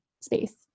space